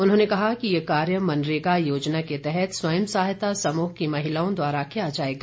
उन्होंने कहा कि ये कार्य मनरेगा योजना के तहत स्वयं सहायता समूह की महिलाओं द्वारा किया जाएगा